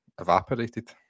evaporated